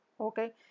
Okay